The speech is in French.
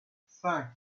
cinq